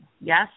yes